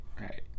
right